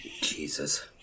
Jesus